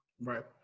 Right